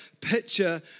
picture